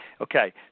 Okay